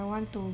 I want to